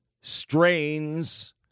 strains